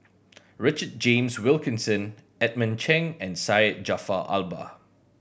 Richard James Wilkinson Edmund Cheng and Syed Jaafar Albar